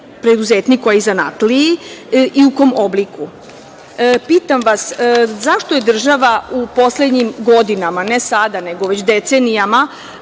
preduzetniku, a i zanatliji i u kom obliku? Pitam vas, zašto je država u poslednjim godinama, ne sada, nego već decenijama,